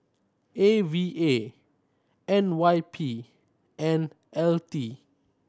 A V A N Y P and L T